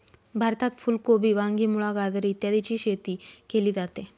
भारतात फुल कोबी, वांगी, मुळा, गाजर इत्यादीची शेती केली जाते